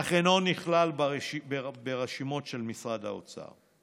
אך אינו נכלל ברשימות של משרד האוצר,